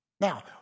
Now